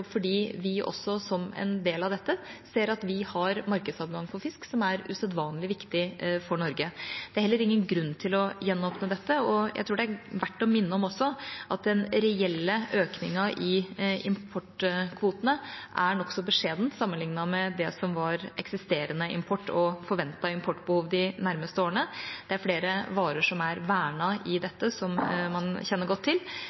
fordi vi også, som en del av dette, ser at vi har markedsadgang for fisk, som er usedvanlig viktig for Norge. Det er heller ingen grunn til å gjenåpne dette. Jeg tror også det er verdt å minne om at den reelle økningen i importkvotene er nokså beskjeden, sammenlignet med det som var eksisterende import og forventet importbehov de nærmeste årene. Det er flere varer som er vernet i dette, som man kjenner godt til,